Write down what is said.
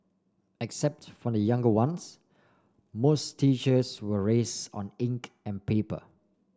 except for the younger ones most teachers were raise on ink and paper